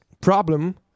problem